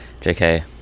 jk